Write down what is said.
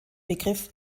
begriff